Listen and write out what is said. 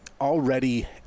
already